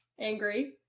angry